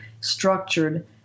structured